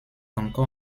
encore